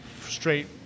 straight